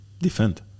defend